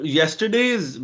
yesterday's